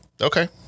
okay